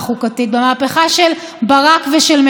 במהפכה של ברק ושל מרידור,